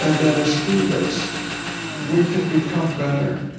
and that as humans, we can become better.